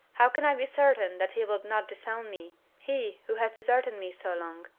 how can i be certain that he will not disown me he, who has deserted me so long?